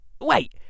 wait